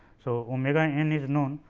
so, omega n is known,